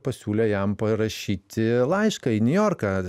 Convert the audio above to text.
pasiūlė jam parašyti laišką į niujorką